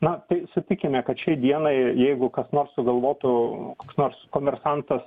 na tai sutikime kad šiai dienai jeigu kas nors sugalvotų koks nors komersantas